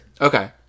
Okay